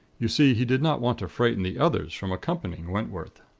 you see, he did not want to frighten the others from accompanying wentworth.